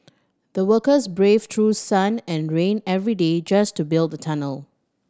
the workers braved through sun and rain every day just to build the tunnel